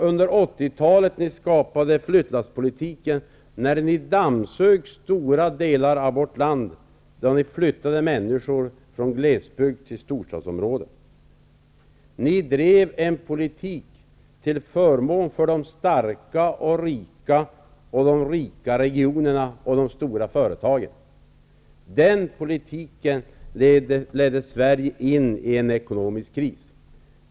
Under 80 talet införde ni flyttlasspolitiken, då ni dammsög stora delar av vårt land och flyttade människor från glesbygsd till storstadsområden. Ni drev en politik till förmån för de starka och rika, de rika regionerna och de stora företagen. Den politiken ledde Sverige in i en ekonomisk kris.